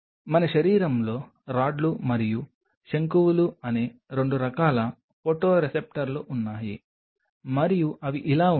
మన శరీరంలో రాడ్లు మరియు శంకువులు అనే 2 రకాల ఫోటోరిసెప్టర్లు ఉన్నాయి మరియు అవి ఇలా ఉంటాయి